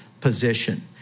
position